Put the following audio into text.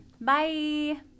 Bye